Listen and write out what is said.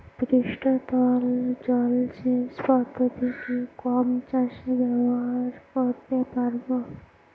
পৃষ্ঠতল জলসেচ পদ্ধতি কি গম চাষে ব্যবহার করতে পারব?